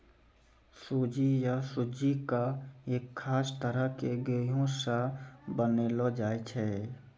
सूजी या सुज्जी कॅ एक खास तरह के गेहूँ स बनैलो जाय छै